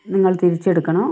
നിങ്ങള് തിരിച്ചെടുക്കണം